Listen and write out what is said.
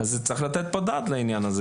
אז צריך לתת את הדעת לעניין הזה.